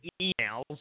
emails